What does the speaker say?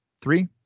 Three